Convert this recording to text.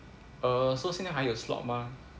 err so 现在还有 slot mah